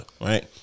right